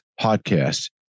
podcast